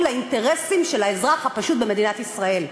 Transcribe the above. לאינטרסים של האזרח הפשוט במדינת ישראל.